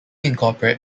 incorporate